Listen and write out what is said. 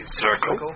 circle